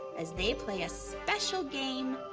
as they play a special game,